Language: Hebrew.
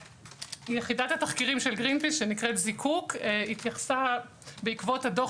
יחידת התחקירים של גרינפיס שנקראת זיקוק התייחסה בעקבות הדוח